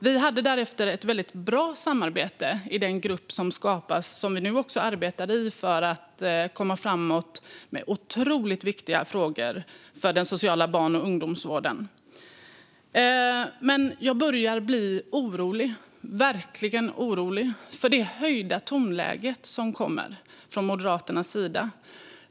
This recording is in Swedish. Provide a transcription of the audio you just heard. Vi hade därefter ett väldigt bra samarbete i den grupp som skapades och som vi nu också arbetar i för att komma framåt med dessa otroligt viktiga frågor för den sociala barn och ungdomsvården. Jag börjar dock verkligen bli orolig över det höjda tonläge som kommer från Moderaternas sida.